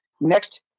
Next